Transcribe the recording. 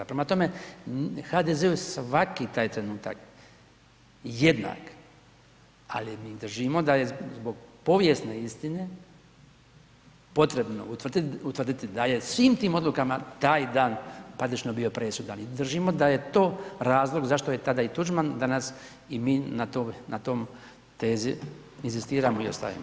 Prema tome, HDZ-u je svaki taj trenutak jednak ali mi držimo da je zbog povijesne istine potrebno utvrditi da je svim tim odlukama taj dan ... bio presudan i držimo da je to razlog zašto je tada i Tuđman danas i mi na toj tezi inzistiramo i ostajemo.